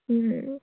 ও